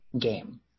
game